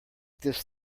this